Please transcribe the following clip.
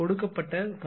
கொடுக்கப்பட்ட cos θ1 0